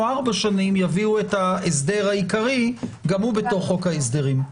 ארבע שנים יביאו את ההסדר העיקרי גם הוא בתוך חוק ההסדרים.